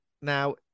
now